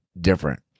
different